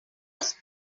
was